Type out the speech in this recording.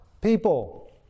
people